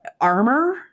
armor